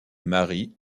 marie